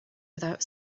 without